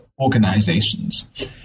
organizations